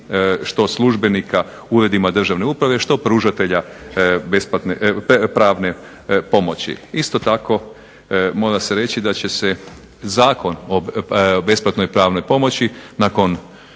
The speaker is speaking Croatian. što službenika u uredima državne uprave, što pružatelja pravne pomoći. Isto tako mora se reći da će se Zakon o besplatnoj pravnoj pomoći, nakon